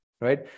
right